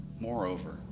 Moreover